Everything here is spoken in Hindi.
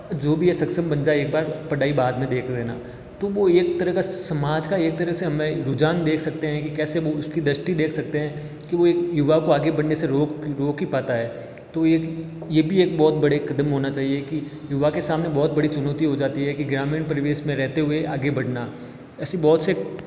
जो भी है सक्षम बन जाए एक बार पढ़ाई बाद में देख लेना तो वो एक तरह का समाज का एक तरह से हमें रुझान देख सकते हैं कि कैसे वो उसकी दृष्टि देख सकते हैं कि वो एक युवाओं को आगे बढ़ने से रोक ही पाता है तो एक ये भी एक बहुत बड़े कदम होना चाहिए कि युवा के सामने बहुत बड़ी चुनौती हो जाती है कि ग्रामीण परिवेश में रहते हुए आगे बढ़ना ऐसी बहुत से